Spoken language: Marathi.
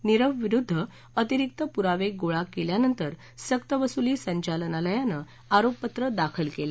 नीरवविरुद्ध अतिरिक्त पुरावे गोळा केल्यानंतर सक्तवसुली संचालनालयानं आरोपपत्र दाखल केलं